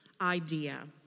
idea